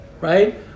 Right